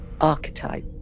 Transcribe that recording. archetype